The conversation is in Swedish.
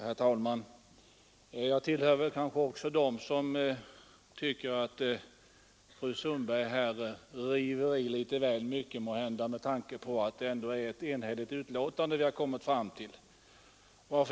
Herr talman! Jag tillhör kanske också dem som tycker att fru Sundberg river i litet väl mycket med tanke på att det ändå är ett enhälligt betänkande vi har kommit fram till.